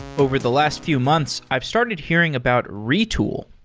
over the last few months, i've started hearing about retool.